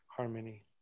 harmony